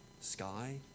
sky